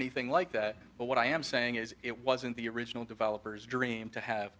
anything like that but what i am saying is it wasn't the original developers dream to have